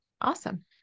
Awesome